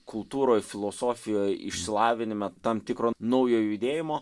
kultūroj filosofijoj išsilavinime tam tikro naujo judėjimo